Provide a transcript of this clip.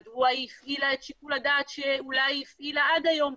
מדוע הפעילה את שיקול הדעת שאולי הפעילה עד היום?